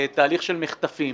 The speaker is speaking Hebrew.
תהליך של מחטפים